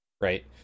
right